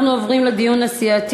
אנחנו עוברים לדיון הסיעתי.